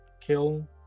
kill